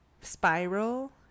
Spiral